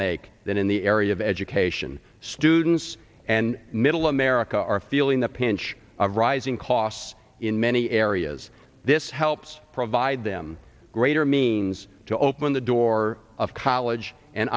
make than in the area of education students and middle america are feeling the pinch of rising costs in many areas this helps provide them greater means to open the door of college and